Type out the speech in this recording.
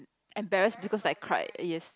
embarrass because I cried yes